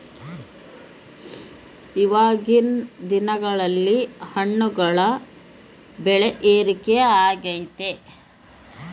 ಇವಾಗಿನ್ ದಿನಗಳಲ್ಲಿ ಹಣ್ಣುಗಳ ಬೆಳೆ ಏರಿಕೆ ಆಗೈತೆ